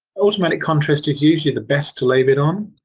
automatic contrast is usually the best to leave it on.